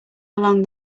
along